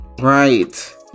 Right